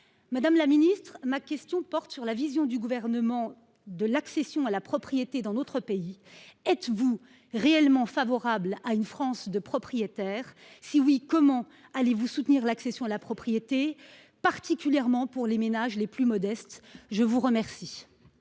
Madame la ministre, ma question porte sur la vision de l’accession à la propriété dans notre pays que porte le Gouvernement. Êtes vous réellement favorable à une France de propriétaires ? Si oui, comment allez vous soutenir l’accession à la propriété, particulièrement pour les ménages les plus modestes ? La parole